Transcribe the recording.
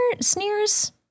Sneers